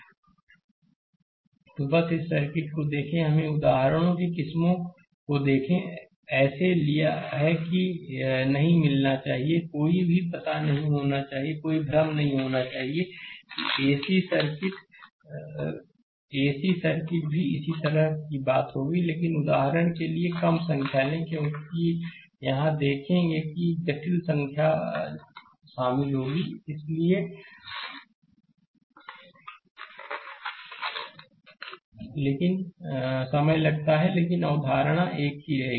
slide समय देखें 2014 तो बस इस सर्किट को देखें हमें उदाहरणों की किस्मों को देखें ऐसे लिया है कि नहीं मिलना चाहिए कोई भी पता नहीं होना चाहिए कोई भ्रम नहीं होना चाहिए एसी सर्किट भी इसी तरह की बात होगी लेकिन उदाहरण के लिए कम संख्या लें क्योंकि यह देखें कि क्योंकि जटिल संख्या शामिल होगी इसे हल करने में समय लगता है लेकिन अवधारणा एक ही रहेगी